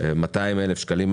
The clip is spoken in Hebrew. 200,000 שקלים.